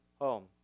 home